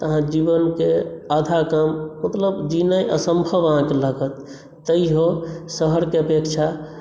तऽ आहाँ जीवनके आधा काम मतलब जीनाइ असंभव आहाँकेँ लागत तैयो शहरके अपेक्षा